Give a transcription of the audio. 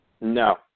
No